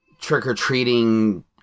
trick-or-treating